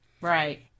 Right